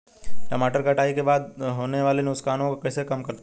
टमाटर कटाई के बाद होने वाले नुकसान को कैसे कम करते हैं?